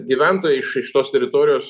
gyventojai iš iš tos teritorijos